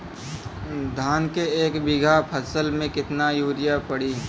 धान के एक बिघा फसल मे कितना यूरिया पड़ी?